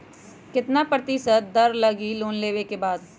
कितना प्रतिशत दर लगी लोन लेबे के बाद?